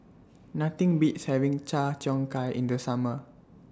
Nothing Beats having Char Cheong Gai in The Summer